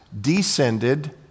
descended